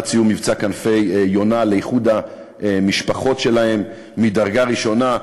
סיום מבצע "כנפי יונה" לאיחוד המשפחות שלהם מדרגה ראשונה.